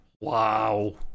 wow